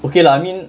okay lah I mean